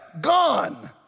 gone